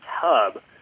tub